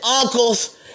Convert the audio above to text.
uncles